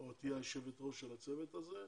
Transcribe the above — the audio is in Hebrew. או תהיי היושבת ראש של הצוות הזה,